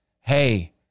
Hey